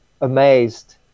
amazed